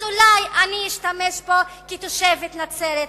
אולי אני אשתמש בו כתושבת נצרת,